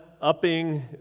upping